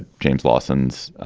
james, lawsons,